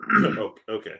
Okay